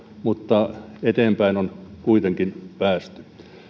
mutta eteenpäin on kuitenkin päästy